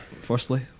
firstly